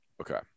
Okay